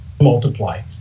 multiply